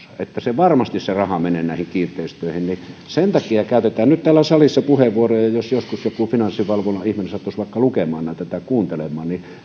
että se raha varmasti menee näihin kiinteistöihin sen takia käytetään nyt täällä salissa puheenvuoroja jos joskus joku finanssivalvonnan ihminen sattuisi vaikka lukemaan näitä tai kuuntelemaan